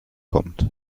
kommt